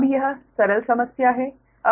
अब यह सरल समस्या है